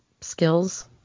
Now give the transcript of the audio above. skills